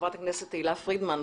חברת הכנסת תהלה פרידמן,